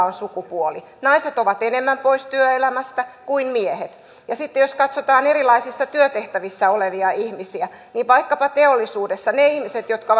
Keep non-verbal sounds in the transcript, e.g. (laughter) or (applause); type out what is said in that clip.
(unintelligible) on sukupuoli naiset ovat enemmän pois työelämästä kuin miehet sitten jos katsotaan erilaisissa työtehtävissä olevia ihmisiä niin vaikkapa teollisuudessa niiden ihmisten jotka (unintelligible)